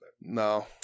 No